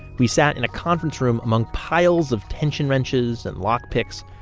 we sat in a conference room among piles of tension wrenches and lock picks,